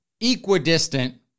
equidistant